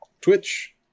Twitch